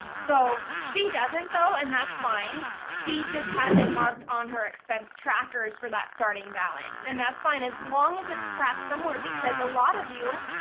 so she doesn't, though, and that's fine. she just has it marked on her expense trackers for that starting balance, and that's fine as long as it's tracked somewhere. because a lot of you,